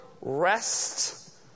rest